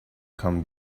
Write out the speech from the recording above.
come